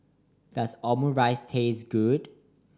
does Omurice taste good